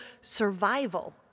survival